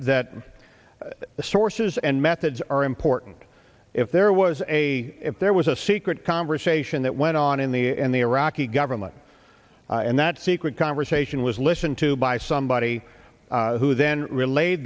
that the sources and methods are important if there was a there was a secret conversation that went on in the in the iraqi government and that secret conversation was listened to by somebody who then rela